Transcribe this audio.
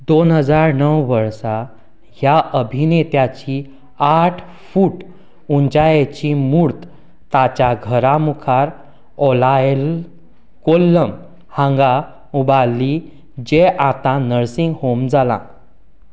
दोन हजार णव वर्सा ह्या अभिनेत्याची आठ फूट उंचायेची मूर्त ताच्या घरा मुखार ओलायल कोल्लम हांगा उबारली जें आतां नर्सींग होम जालां